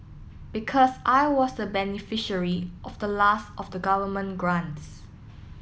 because I was the beneficiary of the last of the government grants